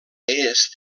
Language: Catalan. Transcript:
est